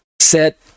set